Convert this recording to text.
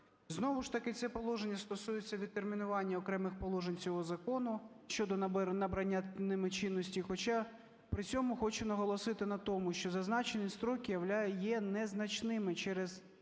Знову ж таки це положення стосується відтермінування окремих положень цього закону щодо набрання ними чинності. Хоча при цьому хочу наголосити на тому, що зазначені строки є незначними через